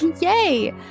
Yay